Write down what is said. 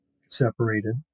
separated